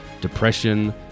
depression